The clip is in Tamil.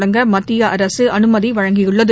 தொடங்க மத்திய அரசு அனுமதி அளித்துள்ளது